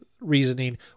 reasoning